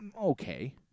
okay